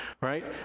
right